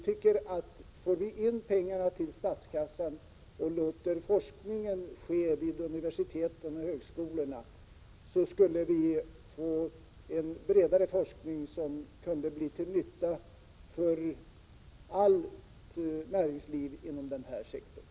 Får vi in pengarna till statskassan och låter forskningen ske vid universiteten och högskolorna i stället, skulle vi få en bredare forskning, som kunde bli till nytta för allt näringsliv inom den här sektorn.